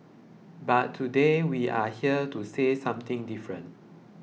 but today we're here to say something different